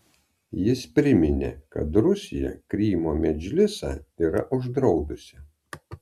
jis priminė kad rusija krymo medžlisą yra uždraudusi